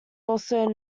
also